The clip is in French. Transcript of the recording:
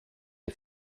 des